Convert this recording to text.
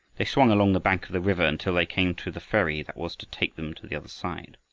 they swung along the bank of the river until they came to the ferry that was to take them to the other side.